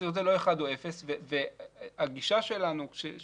סבירות זה לא אחד או אפס והגישה שלנו, של